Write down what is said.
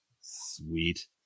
sweet